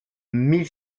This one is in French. mille